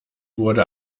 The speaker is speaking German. wurde